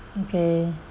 okay